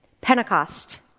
Pentecost